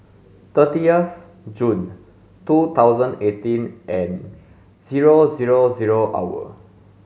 thirteenth June two thousand eighteen and zero zero zero hour